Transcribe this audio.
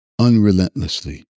unrelentlessly